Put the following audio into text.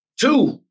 Two